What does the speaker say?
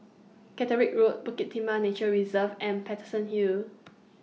Caterick Road Bukit Timah Nature Reserve and Paterson Hill